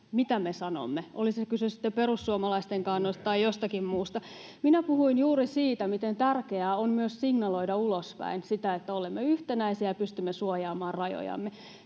mitä me sanomme, oli kyse sitten perussuomalaisten kannoista tai jostakin muusta. [Mika Kari: Kuuntelen!] Minä puhuin juuri siitä, miten tärkeää on myös signaloida ulospäin sitä, että olemme yhtenäisiä ja pystymme suojaamaan rajojamme.